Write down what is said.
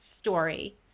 story